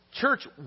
church